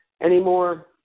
anymore